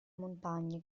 montagne